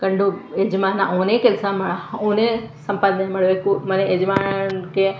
ಗಂಡು ಯಜಮಾನ ಅವನೇ ಕೆಲಸ ಮಾ ಅವ್ನೇ ಸಂಪಾದನೆ ಮಾಡಬೇಕು ಮನೆ ಯಜಮಾನಿಕೆ